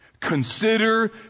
consider